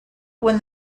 when